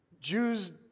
Jews